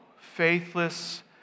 faithless